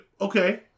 okay